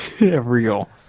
real